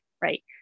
right